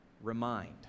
remind